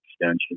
extension